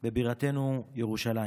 בבירתנו ירושלים,